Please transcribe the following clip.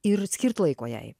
ir skirt laiko jei